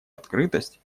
открытость